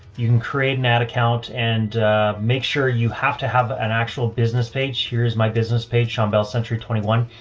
you can create an ad account and a make sure you have to have an actual business page. here's my business page, sean bell. century twenty one,